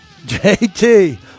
JT